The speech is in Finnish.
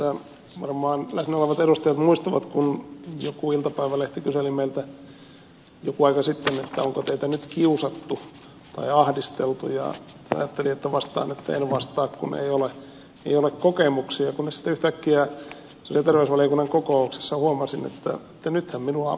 tässä varmaan läsnä olevat edustajat muistavat kun jokin iltapäivälehti kyseli meiltä joku aika sitten onko teitä nyt kiusattu tai ahdisteltu ja ajattelin että vastaan että en vastaa kun ei ole kokemuksia kunnes sitten yhtäkkiä sosiaali ja terveysvaliokunnan kokouksessa huomasin että nythän minua kiusataan